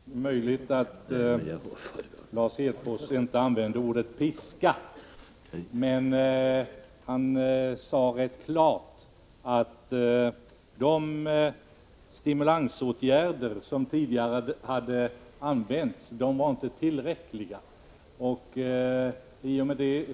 Herr talman! Det är möjligt att Lars Hedfors inte använde ordet piska, men han sade rätt klart att de tidigare stimulansåtgärderna inte var tillräckliga. I och med det